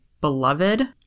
beloved